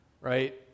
Right